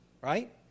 right